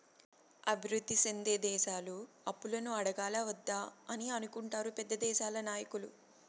అభివృద్ధి సెందే దేశాలు అప్పులను అడగాలా వద్దా అని అనుకుంటారు పెద్ద దేశాల నాయకులు